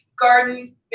garden